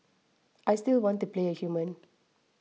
I still want to play a human